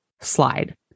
slide